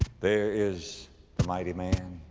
there is the mighty man.